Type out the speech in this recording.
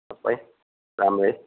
सबै राम्रै